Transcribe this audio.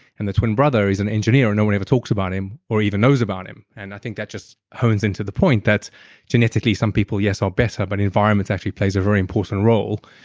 and the twin brother is an engineer, and no one ever talks about him, or even knows about him. and i think that just hones into the point that genetically some people, yes, are better, but environment actually plays a very important role.